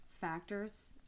factors